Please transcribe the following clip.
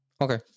Okay